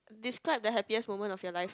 describe the happiest moment of your life